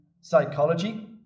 psychology